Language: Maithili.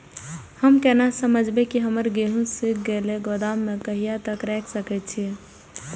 हम केना समझबे की हमर गेहूं सुख गले गोदाम में कहिया तक रख सके छिये?